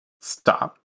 Stop